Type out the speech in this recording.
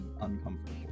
uncomfortable